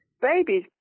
Babies